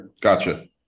gotcha